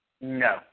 No